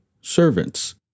servants